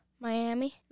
Miami